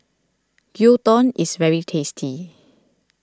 Gyudon is very tasty